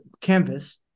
canvas